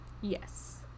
Yes